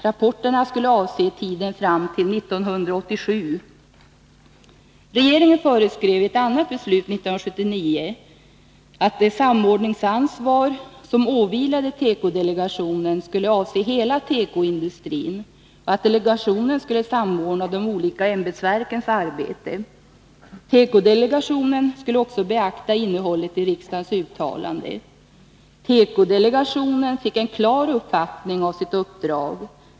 Rapporterna skulle avse tiden fram till 1987. Regeringen föreskrev i ett annat beslut 1979, att det samordningsansvar som åvilade tekodelegationen skulle avse hela tekoindustrin och att delegationen skulle samordna de olika ämbetsverkens arbete. Tekodelegationen skulle också beakta innehållet i riksdagens uttalande. Tekodelegationen fick en klar uppfattning av sitt uppdrag.